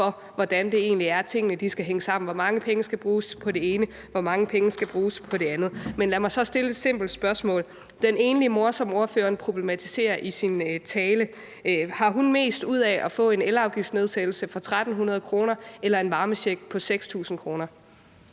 over, hvordan det egentlig er, at tingene skal hænge sammen. Hvor mange penge skal bruges på det ene, hvor mange penge skal bruges på det andet? Men lad mig så stille et simpelt spørgsmål: Har den enlige mor, som ordføreren problematiserer i sin tale, mest ud af at få en elafgiftsnedsættelse på 1.300 kr. eller at få en varmecheck på 6.000 kr.?